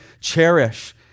cherish